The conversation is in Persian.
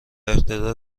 اقتدار